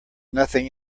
nothing